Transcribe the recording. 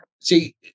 See